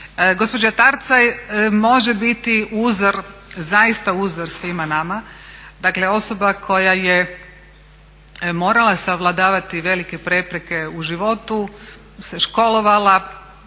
Gospođa Tarcaj može biti uzor, zaista uzor svima nama, dakle osoba koja je morala savladavati velike prepreke u životu se školovala,